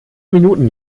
minuten